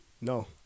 no